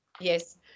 Yes